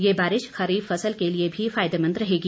ये बारिश खरीफ फसल के लिए भी फायदेमंद रहेगी